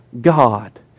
God